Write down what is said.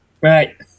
Right